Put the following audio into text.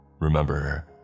Remember